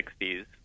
1960s